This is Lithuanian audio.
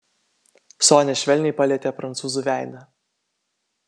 sonia švelniai palietė prancūzui veidą